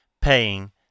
paying